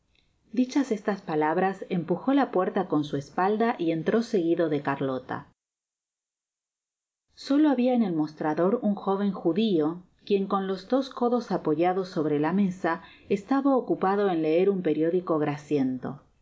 dichas estas palabras empujo la puerta con su espalda y entró seguido de carlota solo habia en el mostrador un joven judio quien con los dos codos apoyados sobre la mesa estaba ocupado en leer un periódico grasiento